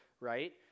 right